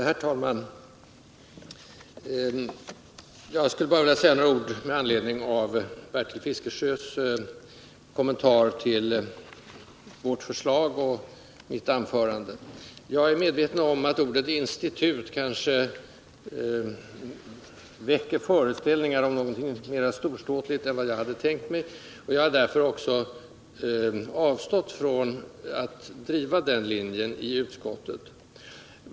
Herr talman! Jag skulle vilja säga några ord i anledning av Bertil Fiskesjös kommentar till vårt särskilda yttrande och mitt anförande. Jag är medveten om att ordet ”institut” kan väcka föreställningar om något mer storståtligt än vad jag hade tänkt mig, och jag har därför avstått från att driva den linjen i utskottet.